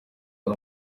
ari